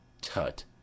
Tut